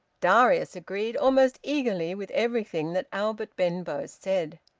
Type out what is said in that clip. darius agreed almost eagerly with everything that albert benbow said.